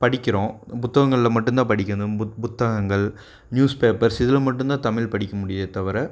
படிக்கிறோம் புத்தங்களில் மட்டுந்தான் படி இந்த புத் புத்தகங்கள் நியூஸ் பேப்பர்ஸ் இதில் மட்டுந்தான் தமிழ் படிக்க முடியுது தவிர